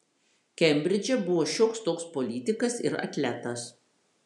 kembridže buvo šioks toks politikas ir atletas